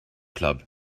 club